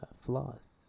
flaws